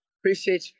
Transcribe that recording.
Appreciate